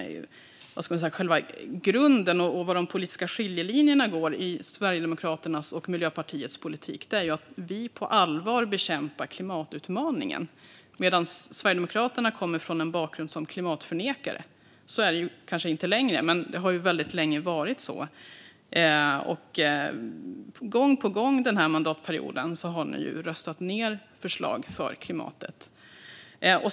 Själva grunden, och de politiska skiljelinjerna mellan Sverigedemokraternas och Miljöpartiets politik, handlar om att vi på allvar bekämpar klimatutmaningen medan Sverigedemokraterna kommer från en bakgrund som klimatförnekare. Det är de kanske inte längre, men det har väldigt länge varit så. Gång på gång under den här mandatperioden har ni röstat ned förslag för klimatet.